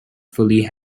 fully